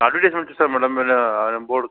advertisement ఇస్తారా madam ఆ బోర్డుకి